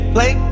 Play